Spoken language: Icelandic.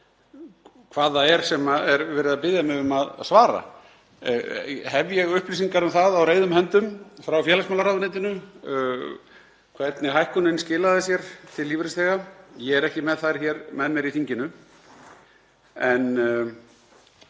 hvað það er sem er verið að biðja mig um að svara. Hef ég upplýsingar um það á reiðum höndum frá félagsmálaráðuneytinu hvernig hækkunin skilaði sér til lífeyrisþega? Ég er ekki með þær hér með mér í þinginu. Við